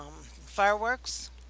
fireworks